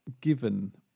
given